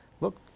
Look